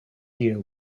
year